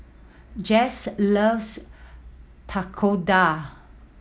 Jase loves Tekkadon